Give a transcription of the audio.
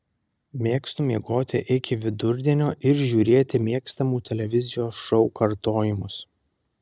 mėgstu miegoti iki vidurdienio ir žiūrėti mėgstamų televizijos šou kartojimus